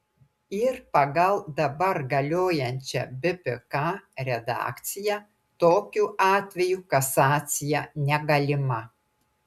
ir pagal dabar galiojančią bpk redakciją tokiu atveju kasacija negalima